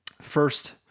First